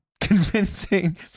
convincing